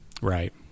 Right